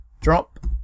Drop